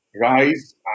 rise